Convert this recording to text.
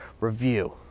review